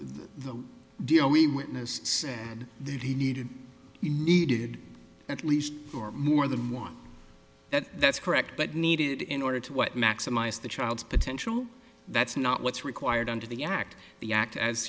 we witnessed said that he needed he needed at least four more than one that's correct but needed in order to what maximize the child's potential that's not what's required under the act the act as